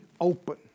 open